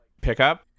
pickup